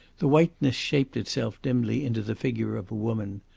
the whiteness shaped itself dimly into the figure of a woman,